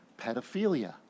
pedophilia